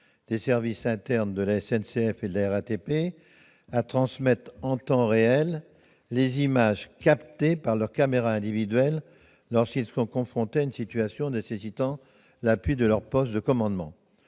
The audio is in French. des services internes de sécurité de la SNCF et de la RATP à transmettre, en temps réel, les images captées par leurs caméras individuelles lorsqu'ils sont confrontés à une situation nécessitant l'appui de leur poste de commandement.